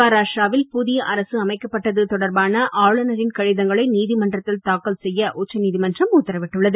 மகாராஷ்ட்ராவில் புதிய அரசு அமைக்கப்பட்டது தொடர்பான ஆளுநரின் கடிதங்களை நீதிமன்றத்தில் தாக்கல் செய்ய உச்சநீதிமன்றம் உத்தரவிட்டுள்ளது